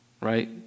right